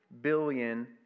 billion